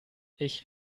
ich